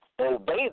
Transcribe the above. obey